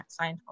Scientology